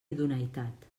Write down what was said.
idoneïtat